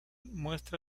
muestra